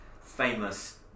famous